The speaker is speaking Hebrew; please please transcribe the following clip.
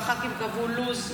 והח"כים קבעו לו"ז,